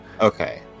Okay